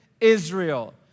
Israel